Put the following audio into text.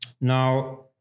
Now